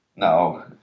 No